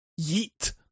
yeet